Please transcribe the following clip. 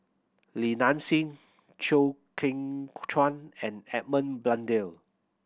Li Nanxing Chew Kheng Chuan and Edmund Blundell